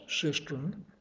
cistern